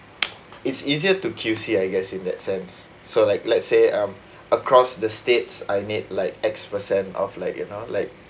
it's easier to Q_C I guess in that sense so like let's say um across the states I need like X-per cent of like you know like